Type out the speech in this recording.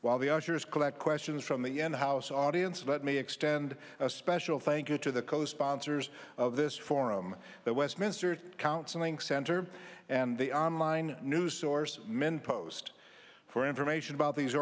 while the ushers collect questions from the end house audience let me extend a special thank you to the co sponsors of this forum the westminster counseling center and the online news source men post for information about these